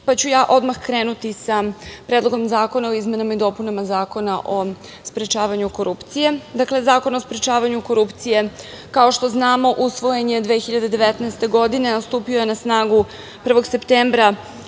pa ću odmah krenuti sa Predlogom zakona o izmenama i dopunama Zakona o sprečavanju korupcije. Dakle, Zakon o sprečavanju korupcije, kao što znamo, usvojen je 2019. godine, a stupio je na snagu 1. septembra